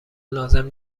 لازم